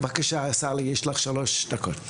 בבקשה, סאלי, יש לך שלוש דקות.